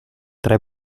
tra